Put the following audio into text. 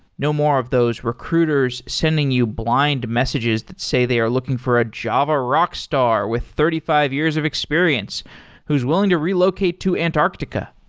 no more of those recruiters sending you blind messages that say they are looking for a java rockstar with thirty five years of experience who's willing to relocate to antarctica.